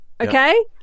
Okay